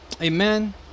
Amen